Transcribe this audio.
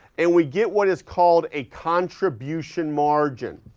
and we get what is called a contribution margin,